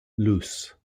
loose